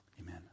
amen